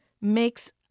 makes